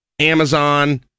Amazon